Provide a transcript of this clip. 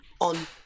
on